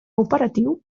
operatiu